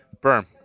Berm